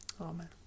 Amen